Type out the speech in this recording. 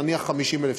נניח 50,000 שקלים.